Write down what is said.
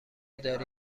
داری